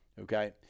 Okay